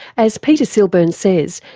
as peter silburn says,